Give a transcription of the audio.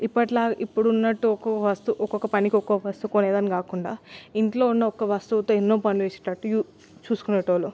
ఇప్పటిలా ఇప్పుడున్నట్టు ఒక వస్తు ఒకొక పనికి ఒకో వస్తువు కొనేదానికి కాకుండా ఇంట్లో ఉన్న ఒక వస్తువుతో ఎన్నో పనులు చేసేటట్టు చూ చూసుకునేటోలు